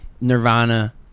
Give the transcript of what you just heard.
Nirvana